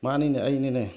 ꯃꯥꯅꯤꯅꯦ ꯑꯩꯅꯤꯅꯦ